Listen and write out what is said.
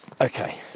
Okay